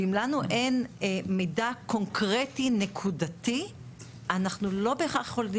ואם לנו אין מידע קונקרטי נקודתי אנחנו לא בהכרח יכולים